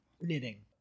Knitting